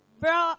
bro